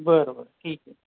बरं बरं ठीक आहे